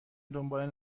دنبال